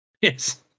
Yes